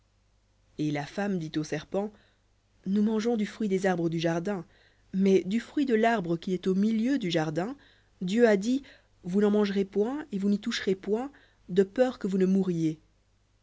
et la femme dit au serpent nous mangeons du fruit des arbres du jardin mais du fruit de l'arbre qui est au milieu du jardin dieu a dit vous n'en mangerez point et vous n'y toucherez point de peur que vous ne mouriez